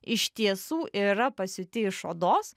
iš tiesų yra pasiūti iš odos